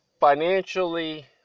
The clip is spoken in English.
financially